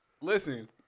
Listen